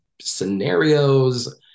scenarios